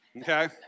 okay